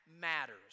matters